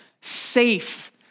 safe